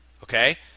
Okay